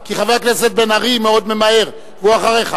כי חבר הכנסת בן-ארי מאוד ממהר והוא אחריך.